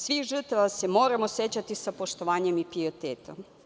Svih žrtava se moramo sećati sa poštovanjem i pijetetom.